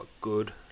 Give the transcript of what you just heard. good